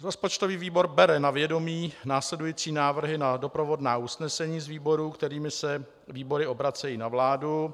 Rozpočtový výbor bere na vědomí následující návrhy na doprovodná usnesení z výborů, kterými se výbory obracejí na vládu.